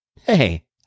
Hey